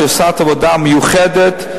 שעשה עבודה מיוחדת.